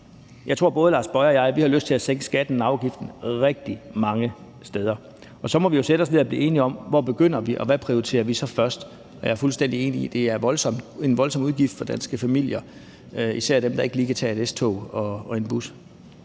jeg tror, at både hr. Lars Boje Mathiesen og jeg har lyst til at sænke skatten og afgiften rigtig mange steder. Så må vi jo sætte os ned og blive enige om, hvor vi begynder, og hvad vi så prioriterer først. Jeg er fuldstændig enig i, at det er en voldsom udgift for danske familier, især dem, der ikke lige kan tage et S-tog og en bus.